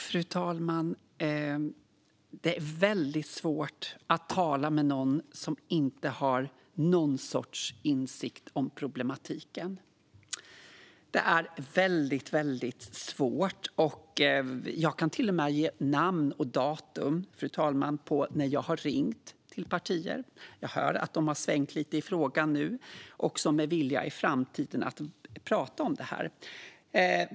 Fru talman! Det är väldigt svårt att tala med någon som inte har någon sorts insikt om problematiken. Det är väldigt, väldigt svårt. Jag kan till och med ge namn och datum, fru talman, på när jag har ringt till partier. Jag hör att de har svängt lite i frågan nu och också med att i framtiden vilja tala om detta.